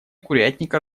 курятника